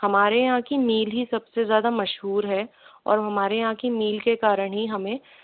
हमारे यहाँ की मील ही सबसे ज़्यादा मशहूर है और हमारे यहाँ की मील के कारण ही हमें